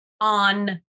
on